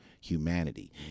humanity